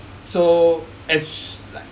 so as